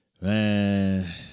Man